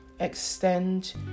extend